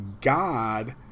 God